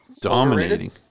Dominating